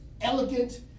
elegant